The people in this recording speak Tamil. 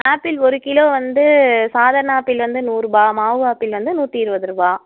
ஆப்பிள் ஒரு கிலோ வந்து சாதாரண ஆப்பிள் வந்து நூறுரூபா மாவு ஆப்பிள் வந்து நூற்றி இருபதுருபா